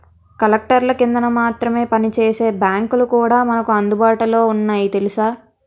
కలెక్టర్ల కిందన మాత్రమే పనిచేసే బాంకులు కూడా మనకు అందుబాటులో ఉన్నాయి తెలుసా